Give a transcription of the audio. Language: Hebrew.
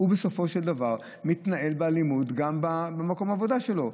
בסופו של דבר מתנהל באלימות גם במקום העבודה שלו.